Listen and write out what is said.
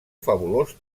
fabulós